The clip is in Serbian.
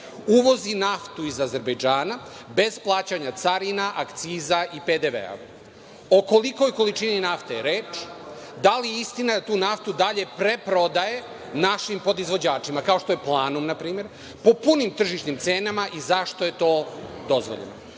uvozi naftu iz Azerbejdžana bez plaćanja carina, akciza i PDV-a, o kolikoj količini nafte je reč, da li je istina da tu naftu dalje preprodaje našim podizvođačima kao što je „Planum“ npr. po punim tržišnim cenama i zašto je to dozvoljeno?